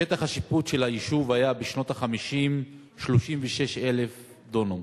שטח השיפוט של היישוב היה בשנות ה-50 36,000 דונם,